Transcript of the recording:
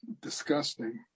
disgusting